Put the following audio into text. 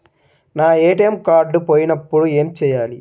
నా ATM card పోయినప్పుడు ఏమి చేయాలి?